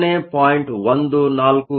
14 eV ಮೇಲೆ ಇದೆ